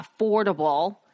affordable